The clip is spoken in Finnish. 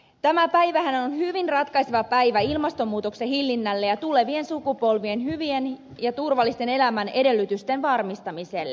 tämä päivähän on hyvin ratkaiseva päivä ilmastonmuutoksen hillinnän ja tulevien sukupolvien hyvien ja turvallisten elämänedellytysten varmistamisen kannalta